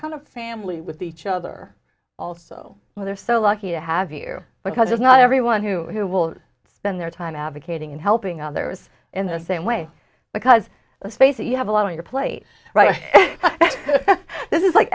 kind of family with each other also they're so lucky to have you because not everyone who will spend their time advocating and helping others in the same way because let's face it you have a lot on your plate right this is like